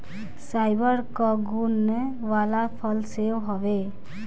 fibre कअ गुण वाला फल सेव हवे